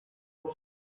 kure